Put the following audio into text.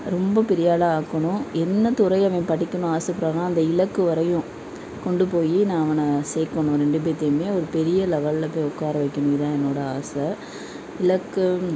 ரொம்ப பெரியாளாக ஆக்கணும் என்ன துறை அவன் படிக்கணும்னு ஆசைப்பட்றானோ அந்த இலக்கு வரையும் கொண்டு போய் நான் அவனை சேர்க்கணும் ரெண்டு பேர்த்தையுமே ஒரு பெரிய லெவல்ல போய் உட்கார வைக்கணும் இதுதான் என்னோடய ஆசை இலக்கு